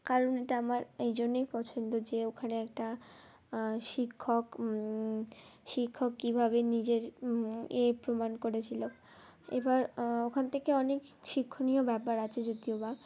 কারণ এটা আমার এই জন্যেই পছন্দ যে ওখানে একটা শিক্ষক শিক্ষক কীভাবে নিজের এ প্রমাণ করেছিল এবার ওখান থেকে অনেক শিক্ষণীয় ব্যাপার আছে যদিও বা